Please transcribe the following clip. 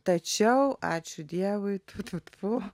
tačiau ačiū dievui tfu tfu tfu